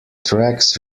tracks